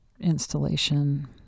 installation